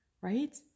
right